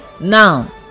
now